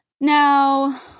Now